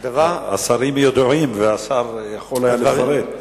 השרים ידועים והשר יכול היה לפרט.